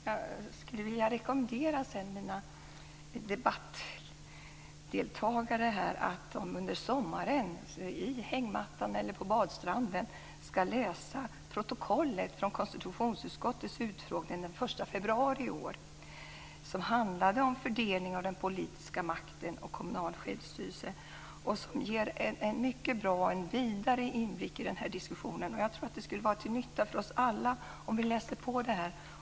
Jag skulle vilja rekommendera debattdeltagarna här att de under sommaren, i hängmattan eller på badstranden, läser protokollet från konstitutionsutskottets utfrågning den 1 februari i år som handlade om fördelning av den politiska makten och kommunal självstyrelse. Det ger en mycket bra och en vidare inblick i den här diskussionen. Jag tror att det skulle vara till nytta för oss alla om vi läste på det här.